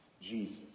Jesus